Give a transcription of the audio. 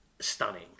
stunning